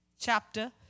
chapter